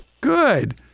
Good